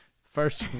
first